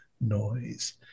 noise